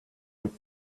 with